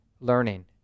learning